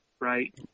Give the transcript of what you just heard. right